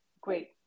Great